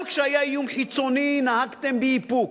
גם כשהיה איום חיצוני נהגתם באיפוק,